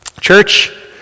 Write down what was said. Church